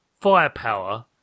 firepower